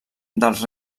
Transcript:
dels